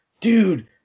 dude